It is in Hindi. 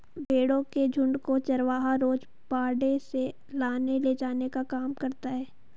भेंड़ों के झुण्ड को चरवाहा रोज बाड़े से लाने ले जाने का काम करता है